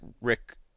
Rick